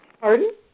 Pardon